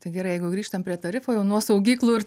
tai gerai jeigu grįžtam prie tarifų jau nuo saugyklų ir